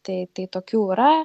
tai tai tokių yra